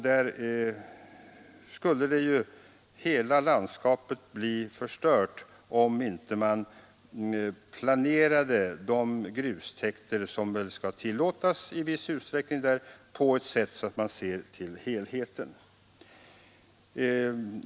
Där skulle hela landskapet bli förstört om man inte planerade grustäkterna — i viss utsträckning skall väl sådana tillåtas där — på sådant sätt att man ser till helheten.